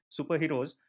superheroes